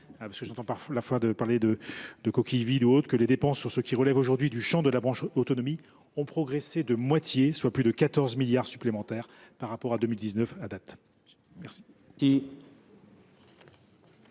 j’entends parfois parler de « coquille vide », que les dépenses sur ce qui relève aujourd’hui du champ de la branche autonomie ont progressé de moitié, soit plus de 14 milliards d’euros supplémentaires par rapport à 2019. Quel est